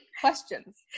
questions